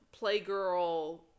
Playgirl